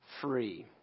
free